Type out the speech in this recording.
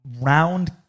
Round